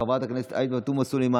חבר הכנסת משה גפני,